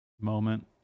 moment